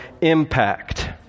impact